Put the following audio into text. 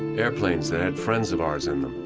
airplanes that had friends of ours in them,